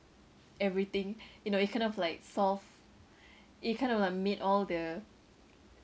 everything you know it kind of like solve it kind of like made all the